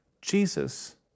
Jesus